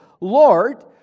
Lord